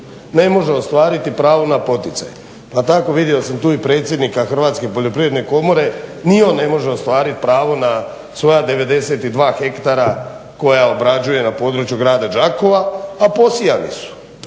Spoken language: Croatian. ne može ostvariti pravo na poticaje. Pa tako vidio sam tu i predsjednika Hrvatske poljoprivredne komore, ni on ne može ostvarit pravo na svoja 92 hektara koja obrađuje na području Grada Đakova, a posijali su.